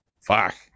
fuck